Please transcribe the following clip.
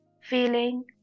feeling